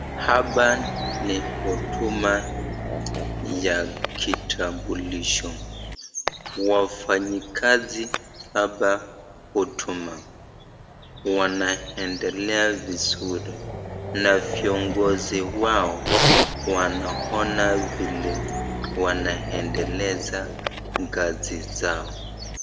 Hapa ni huduma ya kitambulisho, wafanyikazi hapa huduma wanaendelea vizuri na viongozi wao wanaona vile wanaendeleza kazi zao.